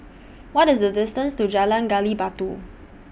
What IS The distance to Jalan Gali Batu